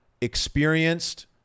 experienced